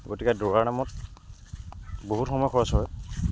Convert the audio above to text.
গতিকে দৌৰাৰ নামত বহুত সময় খৰচ হয়